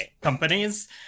companies